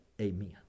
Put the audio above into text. Amen